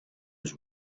was